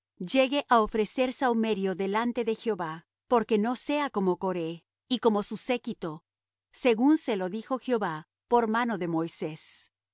llegue á ofrecer sahumerio delante de jehová porque no sea como coré y como su séquito según se lo dijo jehová por mano de moisés el